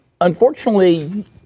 unfortunately